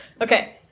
Okay